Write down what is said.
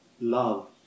love